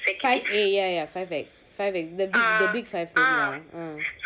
five a ya ya five ex five ex the big five room mm